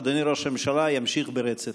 אדוני ראש הממשלה ימשיך ברצף.